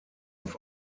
auf